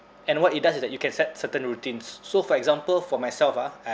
and what it does is that you can set certain routines so for example for myself ah I